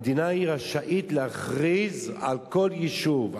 המדינה רשאית להכריז על כל יישוב,